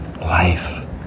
life